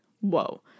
whoa